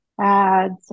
ads